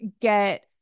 get